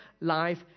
life